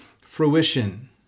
fruition